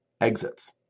exits